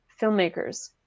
filmmakers